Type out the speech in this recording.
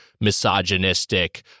misogynistic